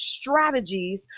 strategies